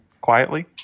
quietly